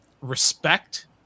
respect